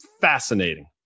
fascinating